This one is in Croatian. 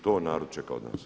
To narod čeka od nas.